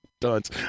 Dunce